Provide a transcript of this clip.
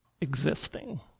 existing